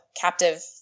captive